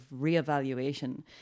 reevaluation